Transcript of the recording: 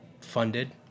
funded